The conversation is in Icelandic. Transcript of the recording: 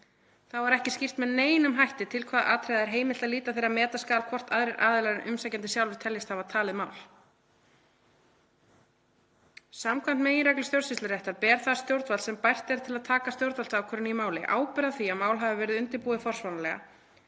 Þá er ekki skýrt með neinum hætti til hvaða atriða er heimilt að líta þegar meta skal hvort aðrir aðilar en umsækjandi sjálfur teljast hafa tafið mál. Samkvæmt meginreglu stjórnsýsluréttar ber það stjórnvald, sem bært er til að taka stjórnvaldsákvörðun í máli, ábyrgð á því að mál hafi verið undirbúið forsvaranlega